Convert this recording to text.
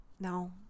No